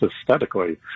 aesthetically